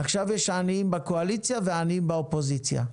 עכשיו יש עניים בקואליציה ועניים באופוזיציה.